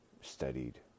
studied